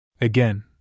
Again